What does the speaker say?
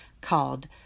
called